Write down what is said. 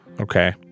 Okay